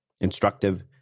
instructive